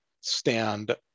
stand